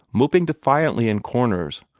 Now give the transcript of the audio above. moping defiantly in corners,